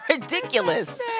ridiculous